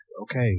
okay